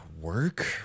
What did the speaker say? work